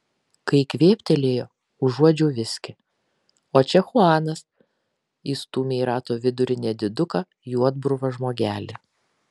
kai kvėptelėjo užuodžiau viskį o čia chuanas įstūmė į rato vidurį nediduką juodbruvą žmogelį